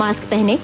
mask पहनें